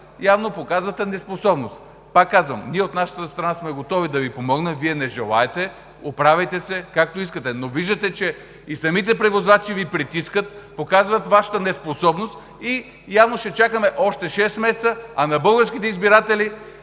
явно показвате неспособност. Пак казвам, ние от наша страна сме готови да Ви помогнем, Вие не желаете – оправяйте се, както искате. Но виждате, че и самите превозвачи Ви притискат, показват Вашата неспособност и явно ще чакаме още шест месеца, а на българските избиратели